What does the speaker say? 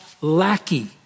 lackey